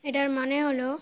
এটার মানে হলো